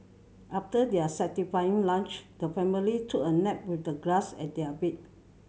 after their satisfying lunch the family took a nap with the grass as their bed